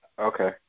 Okay